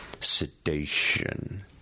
Sedation